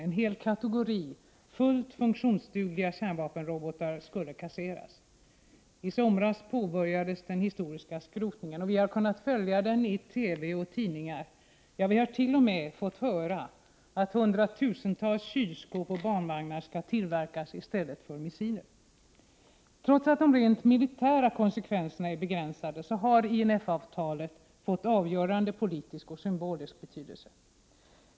En hel kategori fullt funktionsdugliga kärnvapenrobotar skulle kasseras. I somras påbörjades den historiska skrotningen. Vi har kunnat följa den i TV och i tidningar, ja, vi har t.o.m. fått höra att hundratusentals kylskåp och barnvagnar skall tillverkas i stället för missiler. Trots att de rent militära konsekvenserna är begränsade, har INF-avtalet fått avgörande politisk och symbolisk betydelse.